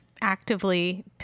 actively